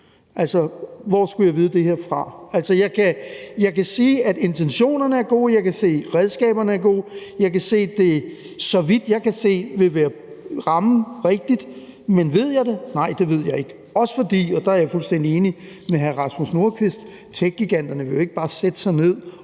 ikke. Hvor skulle jeg vide det fra? Altså, jeg kan sige, at intentionerne er gode, jeg kan se, at redskaberne er gode, jeg kan se, at det – så vidt jeg kan se – vil ramme rigtigt. Men ved jeg det? Nej, det ved jeg ikke. Også fordi – og der er jeg fuldstændig enig med hr. Rasmus Nordqvist – techgiganterne jo ikke bare vil sætte sig ned